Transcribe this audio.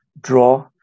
draw